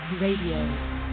Radio